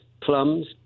plums